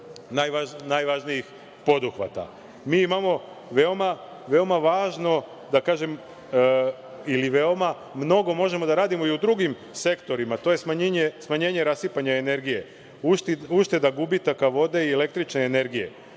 najvažnijih poduhvata. Mi imamo veoma važno, da kažem, ili veoma mnogo možemo da radimo i u drugim sektorima, to je smanjenje rasipanja energije, ušteda gubitaka vode i električne energije,